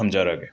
ꯊꯝꯖꯔꯒꯦ